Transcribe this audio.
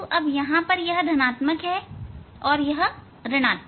अब यहां यह धनात्मक है और यह ऋणआत्मक